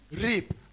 reap